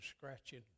scratching